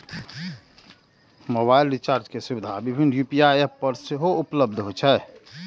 mobile recharge के सुविधा विभिन्न यू.पी.आई एप पर सेहो उपलब्ध होइ छै